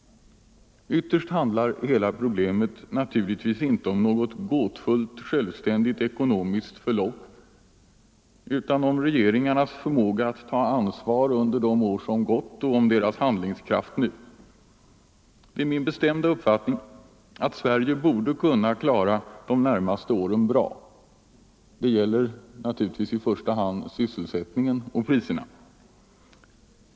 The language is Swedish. Ytterst handlar hela problemet naturligtvis inte om något gåtfullt ekonomiskt förlopp utan om regeringarnas förmåga att ta ansvar under de år som gått och deras handlingskraft nu. Det är min bestämda uppfattning att Sverige borde kunna klara de närmaste åren bra. Det gäller naturligtvis i första hand sysselsättningen och priserna.